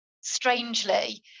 strangely